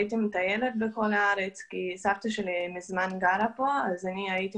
תוך זמן קצר מאוד כול המדור היה על הרגליים ועזר לו לצאת משם והאריכו